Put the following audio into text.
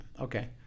Okay